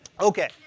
Okay